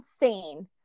insane